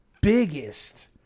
biggest